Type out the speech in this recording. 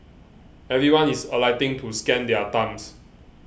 everyone is alighting to scan their thumbs